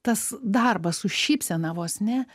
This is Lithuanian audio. tas darbas su šypsena vos ne